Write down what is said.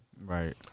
Right